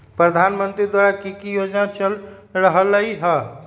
प्रधानमंत्री द्वारा की की योजना चल रहलई ह?